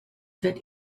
that